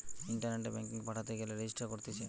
ইন্টারনেটে ব্যাঙ্কিং পাঠাতে গেলে রেজিস্টার করতিছে